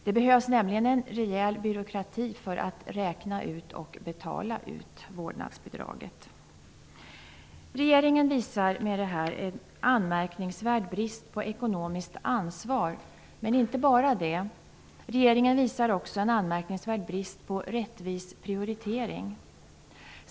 Det behövs nämligen en rejäl byråkrati för att räkna ut och betala ut vårdnadsbidraget. Regeringen visar med detta en anmärkningsvärd brist på ekonomiskt ansvar -- men inte bara det. Regeringen visar också en anmärkningsvärd brist på rättvis prioritering.